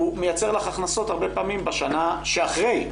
הוא מייצר לך הכנסות הרבה פעמים בשנה שאחרי,